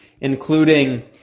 including